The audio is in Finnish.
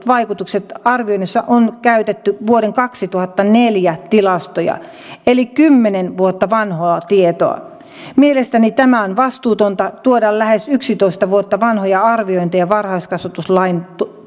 vaikutukset arvioinnissa on käytetty vuoden kaksituhattaneljä tilastoja eli kymmenen vuotta vanhaa tietoa mielestäni on vastuutonta tuoda lähes yksitoista vuotta vanhoja arviointeja varhaiskasvatuslain